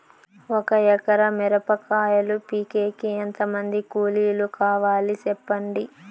ఒక ఎకరా మిరప కాయలు పీకేకి ఎంత మంది కూలీలు కావాలి? సెప్పండి?